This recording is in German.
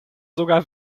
sogar